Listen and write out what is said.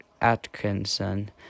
atkinson